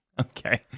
Okay